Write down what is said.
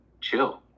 chill